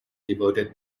devoted